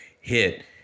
hit